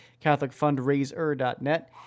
CatholicFundraiser.net